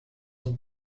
ont